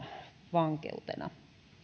vankeutena